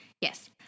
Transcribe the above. Yes